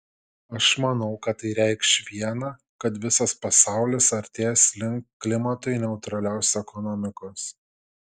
aš manau kad tai reikš viena kad visas pasaulis artės link klimatui neutralios ekonomikos